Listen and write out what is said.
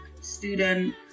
student